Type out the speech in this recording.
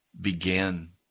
began